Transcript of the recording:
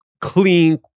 clean